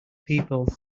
people